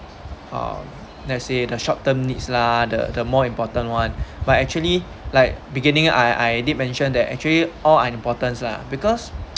um let's say the short term needs lah the the more important one but actually like beginning I I did mention that actually all unimportant lah because